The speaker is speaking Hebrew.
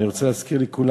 אני רוצה להזכיר לכולם.